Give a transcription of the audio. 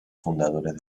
fundadores